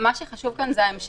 מה שחשוב כאן זה ההמשכיות.